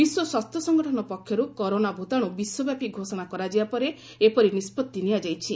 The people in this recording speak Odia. ବିଶ୍ୱ ସ୍ୱାସ୍ଥ୍ୟ ସଂଗଠନ ପକ୍ଷରୁ କରୋନା ଭୂତାଣୁ ବିଶ୍ୱବ୍ୟାପୀ ଘୋଷଣା କରାଯିବା ପରେ ଏପରି ନିଷ୍ପଭି ନିଆଯାଇଛି